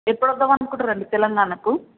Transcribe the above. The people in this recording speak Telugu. ఎప్పుడు వద్దాం అనుకుంటుర్రండి తెలంగాణకు